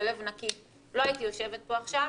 בלב נקי לא הייתי יושבת פה עכשיו,